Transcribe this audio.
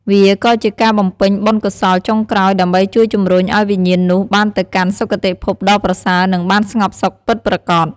វាក៏ជាការបំពេញបុណ្យកុសលចុងក្រោយ ដើម្បីជួយជំរុញឱ្យវិញ្ញាណនោះបានទៅកាន់ សុគតិភព ដ៏ប្រសើរ និងបានស្ងប់សុខពិតប្រាកដ។